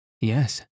Yes